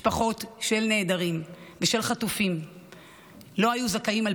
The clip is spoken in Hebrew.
משפחות של נעדרים ושל חטופים לא היו זכאיות על